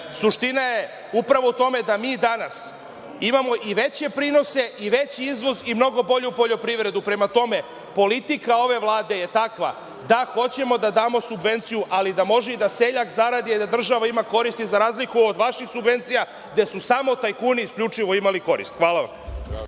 Suština je upravo u tome da mi danas imamo i veće prinose i veći izvoz i mnogo bolju poljoprivredu. Prema tome, politika ove Vlade je takva da hoćemo da damo subvenciju, ali da može i da seljak zaradi, a da država ima koristi, za razliku od vaših subvencija gde su samo tajkuni isključivo imali koristi. Hvala vam.